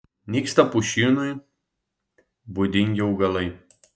nyksta pušynui būdingi augalai